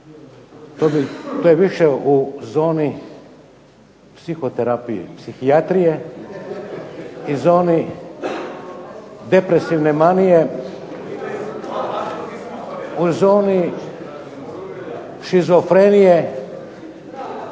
to je više u zoni psihoterapije, psihijatrije i zoni depresivne manije, u zoni šizofrenije,